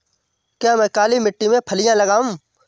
क्या मैं काली मिट्टी में फलियां लगाऊँ?